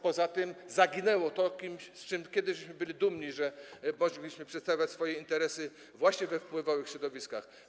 Poza tym zaginęło to, z czego kiedyś byli dumni - że mogliśmy przedstawiać swoje interesy właśnie we wpływowych środowiskach.